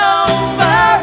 over